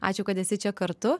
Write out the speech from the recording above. ačiū kad esi čia kartu